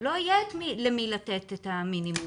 לא יהיה למי לתת את המינימום.